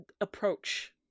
approach